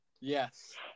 yes